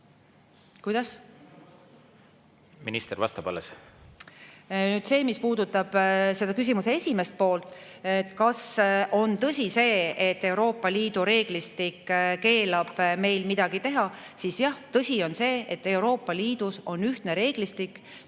Kuidas? Minister vastab alles.